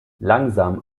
langsam